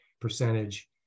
percentage